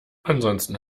ansonsten